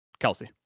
Kelsey